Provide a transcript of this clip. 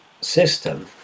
system